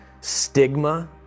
stigma